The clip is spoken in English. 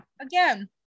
Again